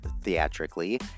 theatrically